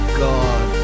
god